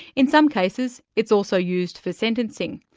in some cases it's also used for sentencing.